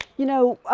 you know,